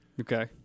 Okay